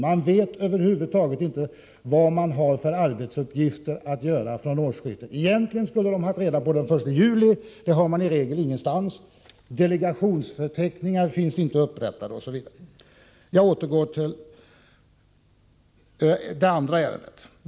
De vet över huvud taget inte vilka arbetsuppgifter de kommer att ha efter årsskiftet. Egentligen skulle de ha fått reda på det den 1 juli, men det har de i regel inte fått någonstans. Delegationsförteckningar finns inte upprättade, osv. Jag återgår till det andra ärendet.